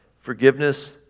Forgiveness